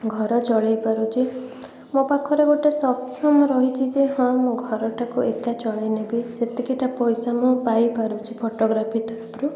ଘର ଚଳେଇ ପାରୁଛି ମୋ ପାଖରେ ଗୋଟେ ସକ୍ଷମ ରହିଛି ଯେ ହଁ ମୁଁ ଘରଟାକୁ ଏକା ଚଳେଇ ନେବି ସେତିକିଟା ପଇସା ମୁଁ ପାଇପାରୁଛି ଫୋଟୋଗ୍ରାଫି ତରଫରୁ